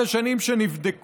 באחת השנים שנבדקו